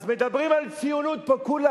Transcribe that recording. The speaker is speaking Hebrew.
אז מדברים על ציונות פה, כולם.